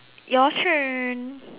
your turn